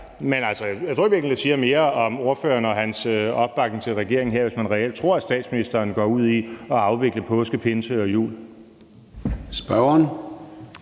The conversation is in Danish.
Men jeg tror i virkeligheden, det siger mere om ordføreren og hans opbakning til regeringen her, hvis man reelt tror, at statsministeren går ud i at afvikle påske, pinse og jul.